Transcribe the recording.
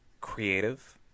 creative